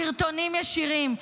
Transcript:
סרטונים ישירים,